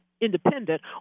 independent